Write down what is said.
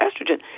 estrogen